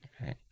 Okay